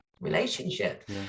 relationship